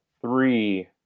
three